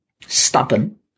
stubborn